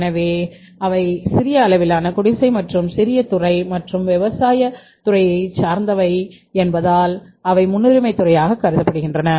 எனவே அவை சிறிய அளவிலான குடிசை மற்றும் சிறிய துறை மற்றும் விவசாயத் துறையைச் சேர்ந்தவை என்பதால் அவை முன்னுரிமை துறையாக கருதப்படுகின்றன